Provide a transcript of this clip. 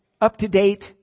up-to-date